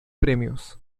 premios